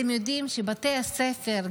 אתם יודעים שבתי הספר,